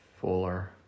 Fuller